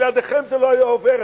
בלעדיכם זה לא היה עובר.